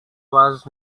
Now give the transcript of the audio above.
was